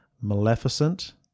Maleficent